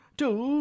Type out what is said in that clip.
two